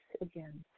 again